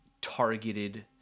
targeted